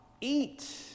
eat